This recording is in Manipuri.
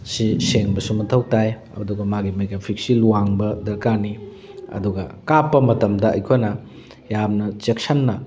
ꯁꯤ ꯁꯦꯡꯕꯁꯨ ꯃꯊꯧ ꯇꯥꯏ ꯑꯗꯨꯒ ꯃꯥꯒꯤ ꯃꯦꯒꯥꯐꯤꯁꯦꯜ ꯋꯥꯡꯕ ꯗꯔꯀꯥꯔꯅꯤ ꯑꯗꯨꯒ ꯀꯥꯞꯄ ꯃꯇꯝꯗ ꯑꯩꯈꯣꯏꯅ ꯌꯥꯝꯅ ꯆꯦꯛꯁꯟꯅ